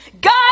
God